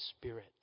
Spirit